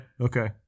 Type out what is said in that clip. Okay